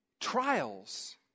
Trials